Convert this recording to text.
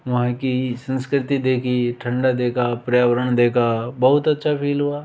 वहीं की संस्कृति देखी ठंडा देखा पर्यावरण देखा बहुत अच्छा फील हुआ